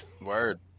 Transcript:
word